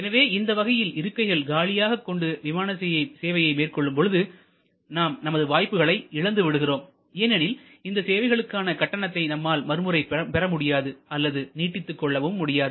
எனவே இந்த வகையில் இருக்கைகள் காலியாக கொண்டு விமான சேவையை மேற்கொள்ளும் பொழுது நாம் நமது வாய்ப்புகளை இழந்துவிடுகிறோம் ஏனெனில் இந்த சேவைகளுக்கான கட்டணத்தை நம்மால் மறுமுறை பெற முடியாது அல்லது நீட்டித்து கொள்ளவும் முடியாது